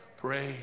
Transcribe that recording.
Pray